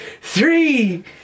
three